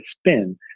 spin